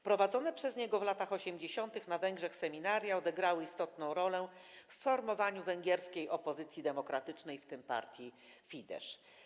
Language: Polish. Prowadzone przez niego w latach 80. na Węgrzech seminaria odegrały istotną rolę w formowaniu węgierskiej opozycji demokratycznej, w tym partii Fidesz.